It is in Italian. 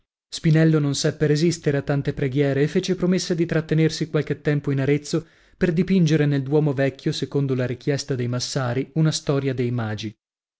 spinello non seppe resistere a tante preghiere e fece promessa di trattenersi qualche tempo in arezzo per dipingere nel duomo vecchio secondo la richiesta dei massari una storia dei magi